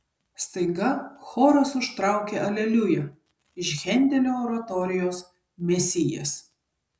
staiga choras užtraukė aleliuja iš hendelio oratorijos mesijas